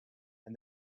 and